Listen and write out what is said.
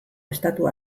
estatu